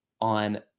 on